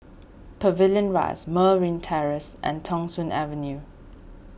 Pavilion Rise Merryn Terrace and Thong Soon Avenue